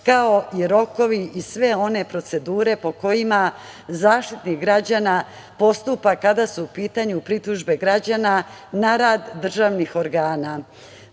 kao i rokovi i sve one procedure, po kojima Zaštitnik građana postupa kada su u pitanju pritužbe građana na rad državnih organa,